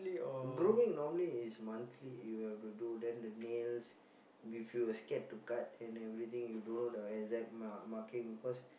grooming normally is monthly you have to do then the nails if you scared to cut and everything you don't know the exact marking because